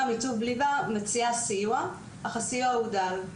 מטוב לבה, הישיבה מציעה סיוע, אך הסיוע הוגדל.